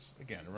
again